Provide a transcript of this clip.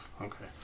Okay